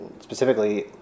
specifically